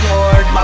Lord